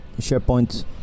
SharePoint